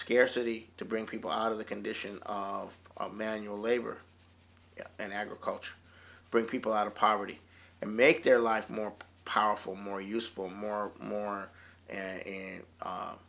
scarcity to bring people out of the condition of manual labor and agriculture bring people out of poverty and make their life more powerful more useful more more